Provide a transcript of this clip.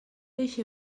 eixe